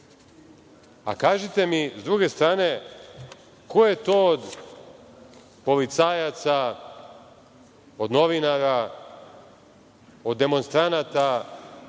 stomak. Kažite mi, s druge strane, ko je od policajaca, od novinara, od demonstranata